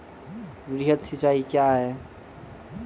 वृहद सिंचाई कया हैं?